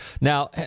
Now